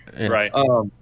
right